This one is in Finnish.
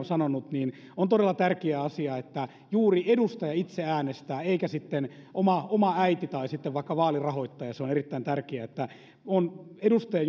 sanonut niin on todella tärkeä asia että juuri edustaja itse äänestää eikä sitten oma oma äiti tai sitten vaikka vaalirahoittaja se on erittäin tärkeää että on juuri edustaja